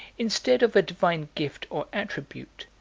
instead of a divine gift or attribute,